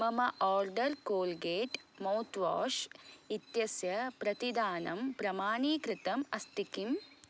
मम ओल्डल् Colgate mouthwash इत्यस्य प्रतिदानं प्रमाणीकृतम् अस्ति किम्